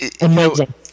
Amazing